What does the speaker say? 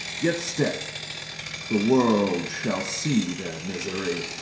yet, stay the world shall see their misery,